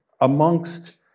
amongst